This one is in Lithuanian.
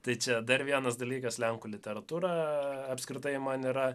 tai čia dar vienas dalykas lenkų literatūra apskritai man yra